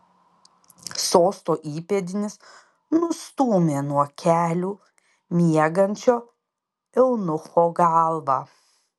sosto įpėdinis nustūmė nuo kelių miegančio eunucho galvą